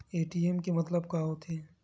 ATM के मतलब का होथे?